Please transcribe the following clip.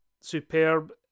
superb